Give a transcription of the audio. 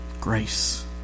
grace